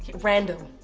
random